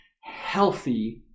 healthy